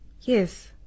Yes